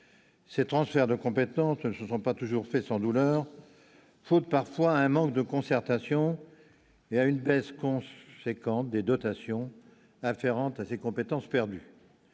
ces transferts de compétences ne se sont pas toujours fait sans douleur faute parfois un manque de concertation et à une baisse conséquente des dotations afférentes à ses compétences perdues